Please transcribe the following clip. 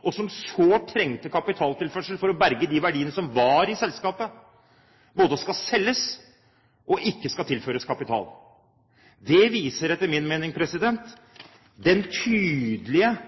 og som sårt trengte kapitaltilførsel for å berge de verdiene som var i selskapet, skal selges og ikke tilføres kapital. Dette viser, etter min mening, Fremskrittspartiets tydelige